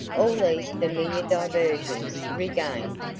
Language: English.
all these familiar diversions regained,